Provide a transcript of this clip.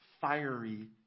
fiery